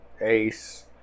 Ace